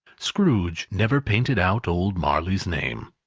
scrooge never painted out old marley's name.